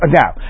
now